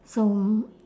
so